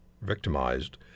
victimized